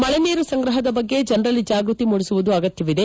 ಮಳೆ ನೀರು ಸಂಗ್ರಹದ ಬಗ್ಗೆ ಜನರಲ್ಲಿ ಜಾಗೃತಿ ಮೂಡಿಸುವುದು ಅಗತ್ವವಿದೆ